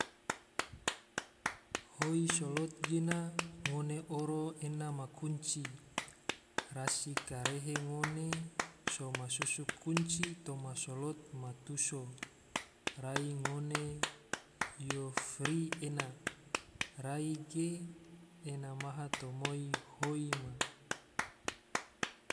Hoi slot gena, ngone oro ena ma kunci, rasi karehe ngone so masusu kunci toma slot ma tuso, rai ngone yo fri ena, rai ge, ena ma tomoi hoi ma